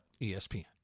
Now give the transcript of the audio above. ESPN